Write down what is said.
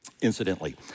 Incidentally